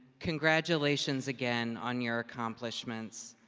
congratulations again on your accomplishments.